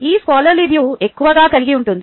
ఈ scholarly view ఎక్కువగా కలిగి ఉంటుంది